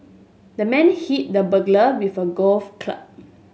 the man hit the burglar with a golf club